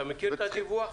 אתה מכיר את הדיווח?